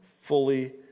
fully